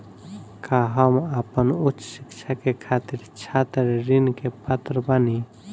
का हम आपन उच्च शिक्षा के खातिर छात्र ऋण के पात्र बानी?